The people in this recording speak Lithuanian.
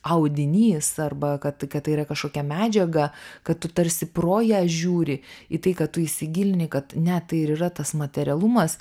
audinys arba kad tai yra kažkokia medžiaga kad tu tarsi pro ją žiūri į tai kad tu įsigilini kad ne tai ir yra tas materialumas